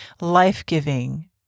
life-giving